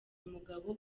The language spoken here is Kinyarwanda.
umugabo